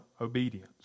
obedience